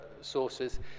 sources